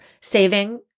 saving